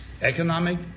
economic